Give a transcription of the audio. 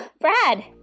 Brad